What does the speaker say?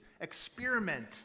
Experiment